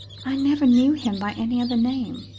i never knew him by any other name.